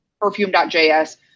Perfume.js